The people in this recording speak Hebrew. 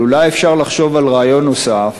אבל אולי אפשר לחשוב על רעיון נוסף,